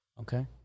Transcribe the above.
Okay